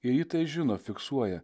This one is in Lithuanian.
ir ji tai žino fiksuoja